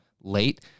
late